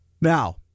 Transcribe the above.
Now